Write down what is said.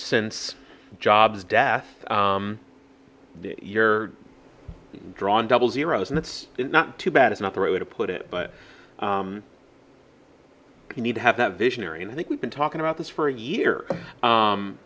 since jobs death you're drawing double zeroes and it's not too bad it's not the right way to put it but you need to have that visionary and i think we've been talking about this for a year